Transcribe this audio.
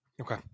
Okay